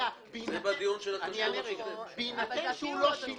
בהינתן שהוא לא שילם,